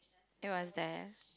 it was there